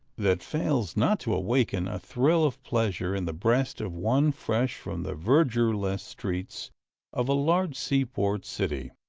that fails not to awaken a thrill of pleasure in the breast of one fresh from the verdureless streets of a large sea port city.